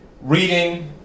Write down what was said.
reading